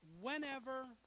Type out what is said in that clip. whenever